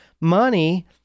money